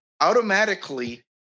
automatically